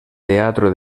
teatro